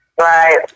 Right